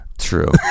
True